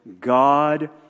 God